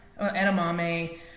edamame